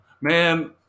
Man